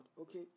Okay